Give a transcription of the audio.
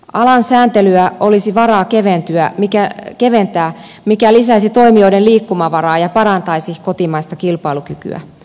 alan sääntelyä olisi varaa keventää mikä lisäisi toimijoiden liikkumavaraa ja parantaisi kotimaista kilpailukykyä